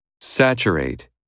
Saturate